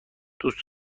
دوست